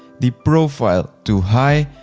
the profile to high,